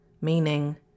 meaning